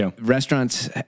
restaurants